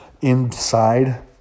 inside